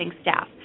staff